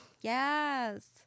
Yes